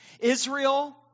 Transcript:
Israel